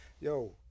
yo